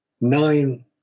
nine